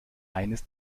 eines